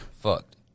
Fucked